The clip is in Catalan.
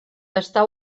està